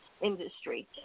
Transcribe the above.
industry